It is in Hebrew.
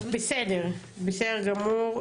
בסדר גמור.